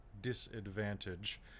disadvantage